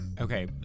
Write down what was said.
Okay